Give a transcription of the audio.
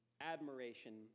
admiration